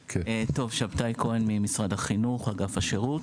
אני ממשרד החינוך, אגף השירות.